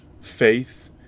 faith